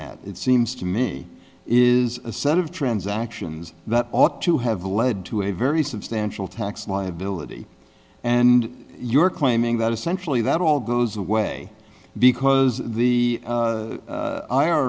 at it seems to me is a set of transactions that ought to have led to a very substantial tax liability and you're claiming that essentially that all goes away because the